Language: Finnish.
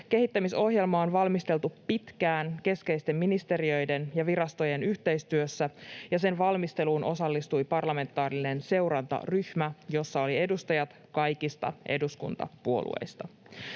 kehittämisohjelmaa on valmisteltu pitkään keskeisten ministeriöiden ja virastojen yhteistyössä, ja sen valmisteluun osallistui parlamentaarinen seurantaryhmä, jossa oli edustajat kaikista eduskuntapuolueista.